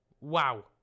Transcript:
Wow